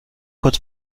kurz